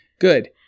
Good